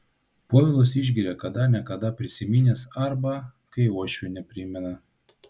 povilas išgeria kada ne kada prisiminęs arba kai uošvienė primena